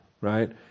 right